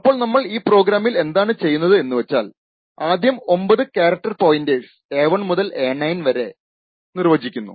അപ്പോൾ നമ്മൾ ഈ പ്രോഗ്രാമിൽ എന്താണ് ചെയ്യുന്നത് എന്ന് വച്ചാൽ ആദ്യം 9 കാരക്ടർ പോയിന്റേഴ്സ് a1 മുതൽ a9 വരെ നിർവചിക്കുന്നു